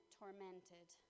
tormented